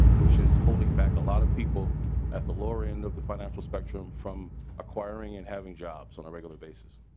which is holding back a lot of people at the lower end of the financial spectrum from acquiring and having jobs on a regular basis.